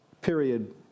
period